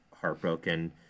heartbroken